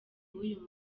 w’uyu